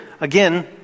again